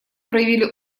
проявили